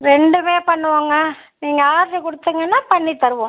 ரெண்டுமே பண்ணுவாங்க நீங்கள் ஆர்டர் கொடுத்தீங்கன்னா பண்ணித் தருவோம்